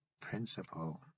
principle